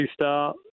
start